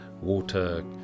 water